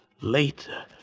later